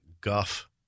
guff